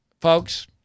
Folks